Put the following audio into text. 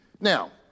Now